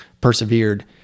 persevered